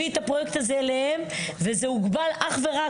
את הפרויקט הזה אליהם וזה הוגבל אך ורק,